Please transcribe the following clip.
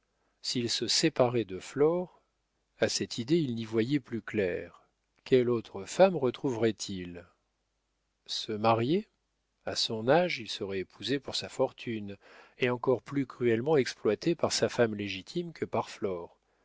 s'il se séparait de flore à cette idée il ne voyait plus clair quelle autre femme retrouverait il se marier a son âge il serait épousé pour sa fortune et encore plus cruellement exploité par sa femme légitime que par